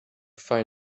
find